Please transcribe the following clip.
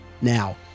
Now